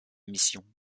mission